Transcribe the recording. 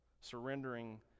surrendering